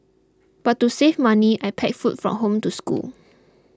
but to save money I packed food from home to school